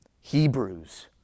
Hebrews